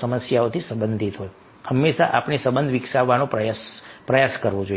સમસ્યાઓથી સંબંધિત હોય હંમેશા આપણે સંબંધ વિકસાવવાનો પ્રયાસ કરવો જોઈએ